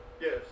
Yes